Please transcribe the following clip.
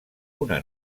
una